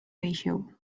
ratio